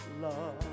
love